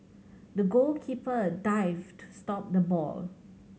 the goalkeeper dived to stop the ball